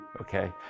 Okay